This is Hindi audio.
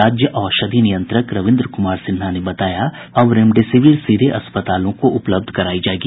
राज्य औषधि नियंत्रक रविन्द्र कुमार सिन्हा ने बताया कि अब रेमडेसिविर सीधे अस्पतालों को उपलब्ध करायी जायेगी